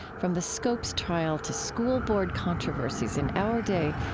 from the scopes trial to school board controversies in our day,